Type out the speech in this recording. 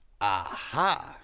Aha